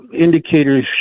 indicators